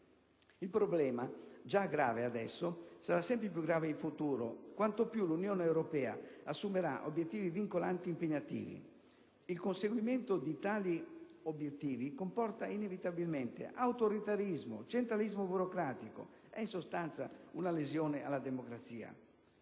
Il problema, già grave adesso, sarà sempre più grave in futuro, quanto più l'Unione europea assumerà obiettivi vincolanti ed impegnativi. Il conseguimento di tali obiettivi comporta inevitabilmente autoritarismo e centralismo burocratico. È in sostanza una lesione alla democrazia.